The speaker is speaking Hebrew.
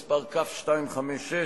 מס' כ/256,